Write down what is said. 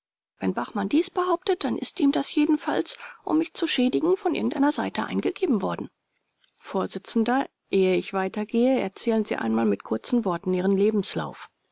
wenn bachmann dies behauptet dann ist ihm das jedenfalls um mich zu schädigen von irgendeiner seite eingegeben worden vors ehe ich weitergehe erzählen sie einmal mit kurzen worten ihren lebenslauf